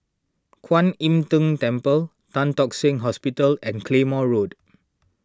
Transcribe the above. Kwan Im Tng Temple Tan Tock Seng Hospital and Claymore Road